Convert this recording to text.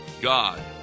God